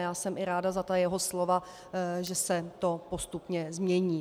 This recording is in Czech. A jsem ráda za ta jeho slova, že se to postupně změní.